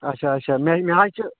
اچھا اچھا مےٚ مےٚ حظ چھِ